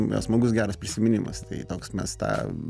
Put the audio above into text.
smagus geras prisiminimas tai toks mes tą